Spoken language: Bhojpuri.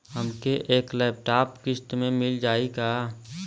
हमके एक लैपटॉप किस्त मे मिल जाई का?